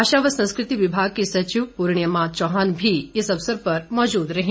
भाषा व संस्कृति विभाग की सचिव पूर्णिमा चौहान भी इस अवसर पर मौजूद रही